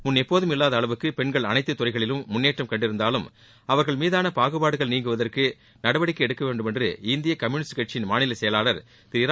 முன்ளப்போதும் இல்லாத அளவுக்கு பெண்கள் அனைத்துத்துறைகளிலும் முன்னேற்றம் கண்டிருந்தாலும் அவர்கள் மீதான பாகுபாடுகள் நீங்குவதற்கு நடவடிக்கை எடுக்க வேண்டும் என்று இந்திய கம்யூனிஸ்ட் கட்சியின் மாநிலச்செயலாளர் திரு இரா